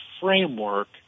framework